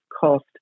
cost